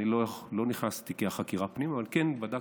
אני לא נכנסתי לחקירה פנימה אבל כן בדקתי,